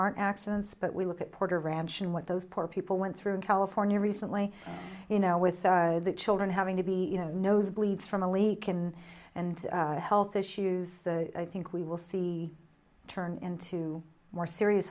aren't accidents but we look at porter ranch and what those poor people went through in california recently you know with the children having to be you know nosebleeds from a leak in and health issues i think we will see turn into more serious